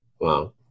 wow